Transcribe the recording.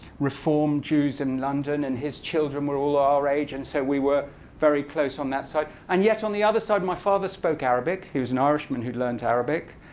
reformed jews in london, and his children were all our age. and so we were very close on that side. and yet on the other side, my father spoke arabic. he was an irishman who learned arabic.